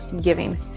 giving